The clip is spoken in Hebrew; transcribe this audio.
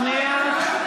שנייה.